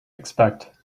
expect